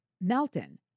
Melton